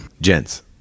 Gents